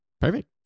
Perfect